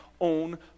own